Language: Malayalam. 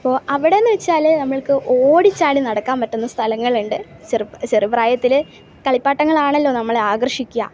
അപ്പോൾ അവിടെന്ന് വെച്ചാൽ നമ്മൾക്ക് ഓടിച്ചാടി നടക്കാൻ പറ്റുന്ന സ്ഥലങ്ങളുണ്ട് ചെറുപ്രായങ്ങളിൽ കളിപ്പാട്ടങ്ങളാണല്ലോ നമ്മളെ ആകർഷിക്കുക